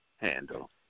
handle